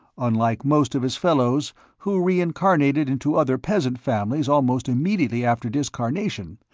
unlike most of his fellows, who reincarnated into other peasant families almost immediately after discarnation,